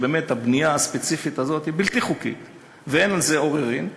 כי הבנייה הספציפית הזאת היא בלתי חוקית ואין על זה עוררין.